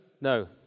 no